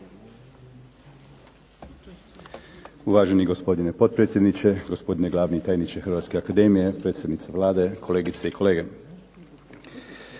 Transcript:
Uvaženi gospodine potpredsjedniče, gospodine glavni tajniče hrvatske akademije, predsjednice Vlade, kolegice i kolege.